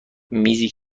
میزی